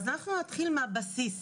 אז אנחנו נתחיל מהבסיס.